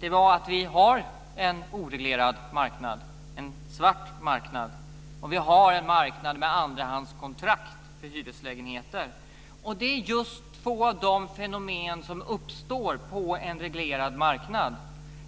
på att vi har en oreglerad marknad, en svart marknad. Vi har en marknad med andrahandskontrakt på hyreslägenheter. Det är just två av de fenomen som uppstår på en reglerad marknad.